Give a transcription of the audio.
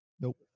nope